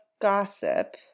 gossip